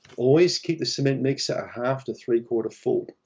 always keep the cement mixer a half to three-quarter full.